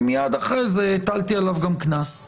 ומיד אחרי זה הטלתי עליו גם קנס.